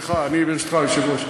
סליחה, ברשותך, היושב-ראש.